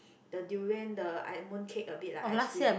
the durian the i mooncake a bit like ice cream